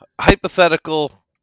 Hypothetical